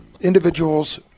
individuals